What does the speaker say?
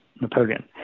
Napoleon